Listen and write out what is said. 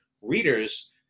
readers